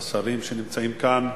השרים שנמצאים כאן,